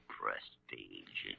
prestige